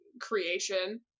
creation